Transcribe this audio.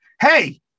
hey